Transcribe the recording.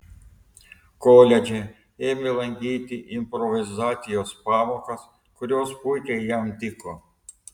koledže ėmė lankyti improvizacijos pamokas kurios puikiai jam tiko